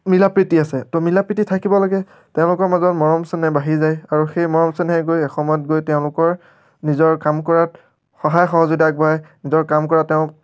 মিলা প্ৰীতি আছে তো মিলা প্ৰীতি থাকিব লাগে তেওঁলোকৰ মাজৰ মৰম চেনেহ বাঢ়ি যায় আৰু সেই মৰম চেনেহ গৈ এসময়ত গৈ তেওঁলোকৰ নিজৰ কাম কৰাত সহায় সহযোগিতা আগবঢ়াই নিজৰ কাম কৰা তেওঁক